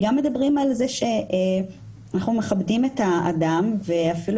אנחנו גם מדברים על זה שאנחנו מכבדים את האדם ואפילו